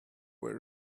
were